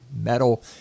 metal